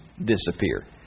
disappear